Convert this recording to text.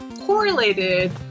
correlated